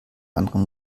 anderer